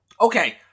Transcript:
Okay